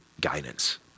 guidance